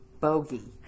bogey